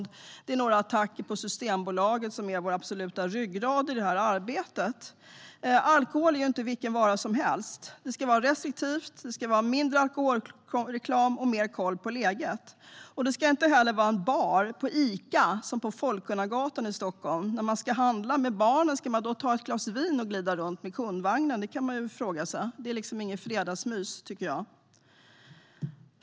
Det är också några attacker på Systembolaget, som är vår absoluta ryggrad i detta arbete. Alkohol är inte vilken vara som helst. Det ska vara mer restriktivitet, mindre alkoholreklam och mer koll på läget. Det ska inte heller vara en bar på Ica, som på Folkungagatan i Stockholm. När man ska handla med barnen, ska man då ta ett glas vin och glida runt med kundvagnen? Det är inget fredagsmys, tycker jag.